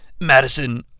Madison